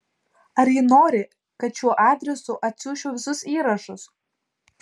ar ji nori kad šiuo adresu atsiųsčiau visus įrašus